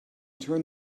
turn